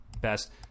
best